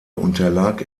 unterlag